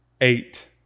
eight